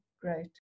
great